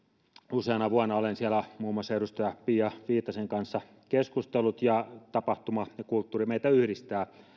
useana vuonna olen siellä muun muassa edustaja pia viitasen kanssa keskustellut ja tapahtuma ja kulttuuri meitä yhdistää